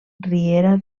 riera